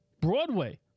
Broadway